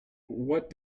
what